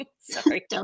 Sorry